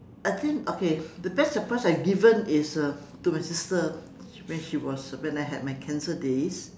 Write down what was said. I think okay the best surprise I given is uh to my sister when she was when I had my cancer days